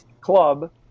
club